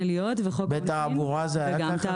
בתעבורה זה כך?